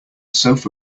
sofa